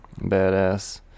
Badass